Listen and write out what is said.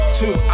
two